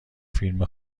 فیلم